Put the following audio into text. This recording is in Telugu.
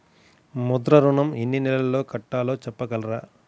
ముద్ర ఋణం ఎన్ని నెలల్లో కట్టలో చెప్పగలరా?